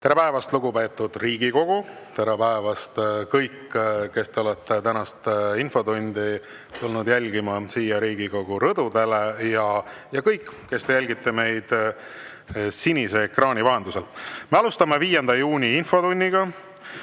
Tere päevast, lugupeetud Riigikogu! Tere päevast kõik, kes te olete tulnud tänast infotundi jälgima siia Riigikogu rõdudele, ja kõik, kes te jälgite meid sinise ekraani vahendusel! Me alustame 5. juuni infotundi.